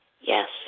Yes